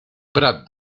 prat